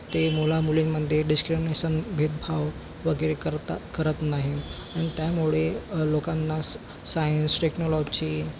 ते मुला मुलींमध्ये डिस्क्रिमिनेशन भेदभाव वगैरे करता करत नाहीत अन त्यामुळे लोकांना सा सायन्स टेक्नॉलॉजी